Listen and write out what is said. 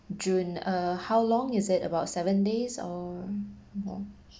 june uh how long is it about seven days or